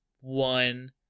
one